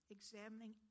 Examining